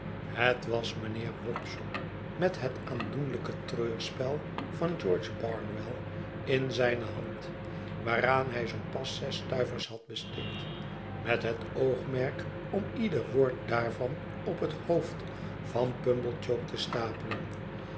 het was mijnheer wopsle met het aandoenlijke treurspel van george barnwell in zijne hand waaraan hij zoo pas zes stuivers had besteed met het oogmerk om ieder woord daarvan op het hoofdvan pumblechook te stapelen